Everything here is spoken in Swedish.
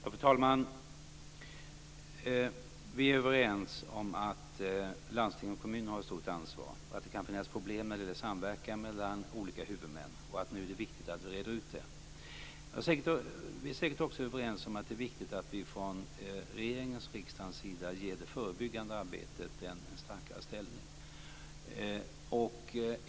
Fru talman! Vi är överens om att landsting och kommuner har ett stort ansvar, och att det kan finnas problem när det gäller samverkan mellan olika huvudmän, och att det nu är viktigt att vi reder ut det. Vi är säkert också överens om att det är viktigt att vi från regeringens och riksdagens sida ger det förebyggande arbetet en starkare ställning.